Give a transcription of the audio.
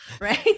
right